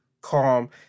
calm